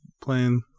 playing